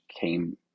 came